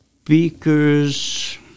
speakers